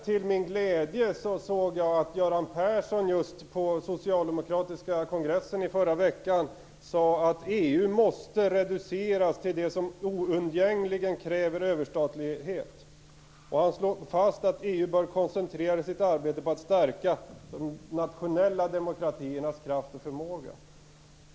Till min glädje noterade jag att Göran Persson just på socialdemokratiska kongressen i förra veckan sade att EU måste reduceras till det som oundgängligen kräver överstatlighet. Han slog fast att EU bör koncentrera sitt arbete på att stärka de nationella demokratiernas kraft och förmåga.